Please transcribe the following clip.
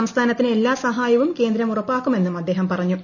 സംസ്ഥാനത്തിന് എല്ലാ സഹായവും കേന്ദ്രം ഉറപ്പാക്കുമെന്നും അദ്ദേഹം പറഞ്ഞു